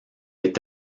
est